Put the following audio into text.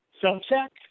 self-check